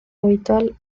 habitual